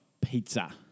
pizza